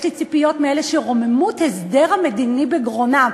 יש לי ציפיות מאלה שרוממות ההסדר המדיני בגרונם.